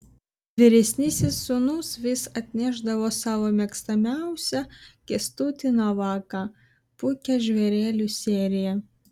vyresnysis sūnus vis atnešdavo savo mėgstamiausią kęstutį navaką puikią žvėrelių seriją